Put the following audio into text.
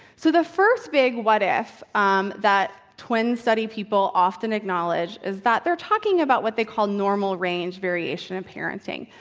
so, the first big what if um that twin study people often acknowledge is that they're talking about what they call normal range variation of parenting.